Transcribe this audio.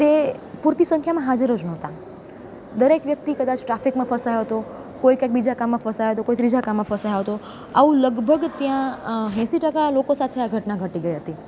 તે પૂરતી સંખ્યામાં હાજર જ નોહતા દરેક વ્યક્તિ કદાચ ટ્રાફિકમાં ફસાયો તો કોઈ ક્યાંક બીજા કામમાં ફસાયો તો કોઈ ત્રીજા કામમાં ફસાયો હતો આવું લગભગ ત્યાં એંસી ટકા લોકો સાથે આ ઘટના ઘટી ગઈ હતી